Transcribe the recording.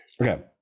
okay